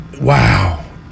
Wow